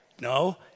No